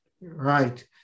right